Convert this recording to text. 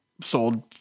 sold